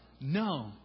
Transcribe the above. No